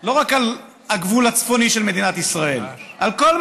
לא רק על הגבול הצפוני של מדינת ישראל, יש רעש.